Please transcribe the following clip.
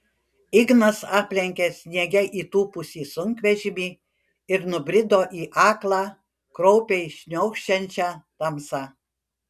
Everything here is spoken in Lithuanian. ignas aplenkė sniege įtūpusį sunkvežimį ir nubrido į aklą kraupiai šniokščiančią tamsą